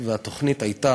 התוכנית הייתה,